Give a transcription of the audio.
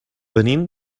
venim